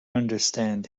understand